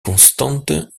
constant